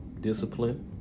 discipline